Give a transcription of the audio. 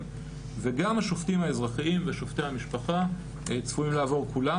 וגם השופטים האזרחיים ושופטי המשפחה צפויים לעבור כולם